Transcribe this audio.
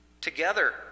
together